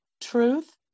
truth